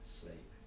sleep